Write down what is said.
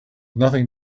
nothing